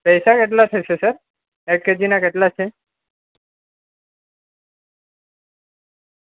પૈસા કેટલા થશે સર એક કેજીના કેટલાં છે